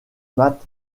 matt